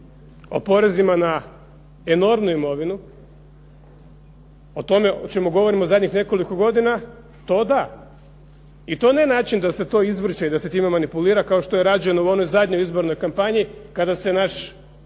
o porezima na enormnu imovinu, o tome o čemu govorimo zadnjih nekoliko godina to da. I to ne način da se to izvrši i da se time manipulira kao što je rađeno u onoj zadnjoj izbornoj kampanji kada se naš